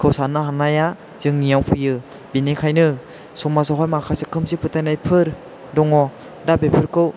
खौ सान्नो हानाया जोंनियाव फैयो बेनिखायनो समाजावहाय माखासे खोमसि फोथायनायफोर दङ दा बेफोरखौ